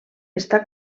està